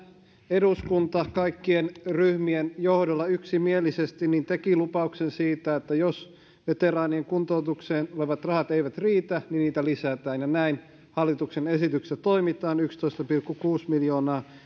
eduskunta kaikkien ryhmien johdolla yksimielisesti teki lupauksen siitä että jos veteraanien kuntoutukseen olevat rahat eivät riitä niitä lisätään näin hallituksen esityksessä toimitaan yksitoista pilkku kuusi miljoonaa